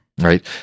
right